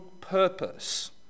purpose